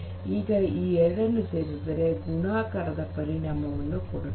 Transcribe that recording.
ಈಗ ಈ ಎರಡನ್ನು ಸೇರಿಸಿದರೆ ಗುಣಾಕಾರದ ಪರಿಣಾಮವನ್ನು ಕೊಡುತ್ತದೆ